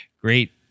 great